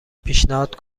پیشنهاد